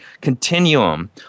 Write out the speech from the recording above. continuum